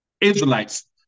Israelites